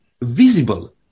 visible